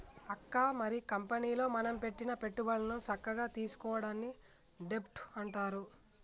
అక్క మరి కంపెనీలో మనం పెట్టిన పెట్టుబడులను సక్కగా తీసుకోవడాన్ని డెబ్ట్ అంటారు